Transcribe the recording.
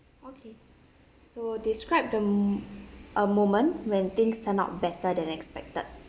okay so describe the m~ uh moment when things turn out better than expected